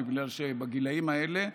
בגלל שבגילים האלה,